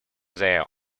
there